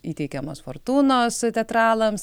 įteikiamos fortūnos teatralams